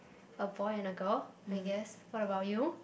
a boy and a girl I guess what about you